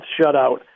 shutout